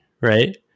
right